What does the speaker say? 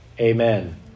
Amen